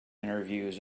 interviews